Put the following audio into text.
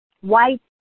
white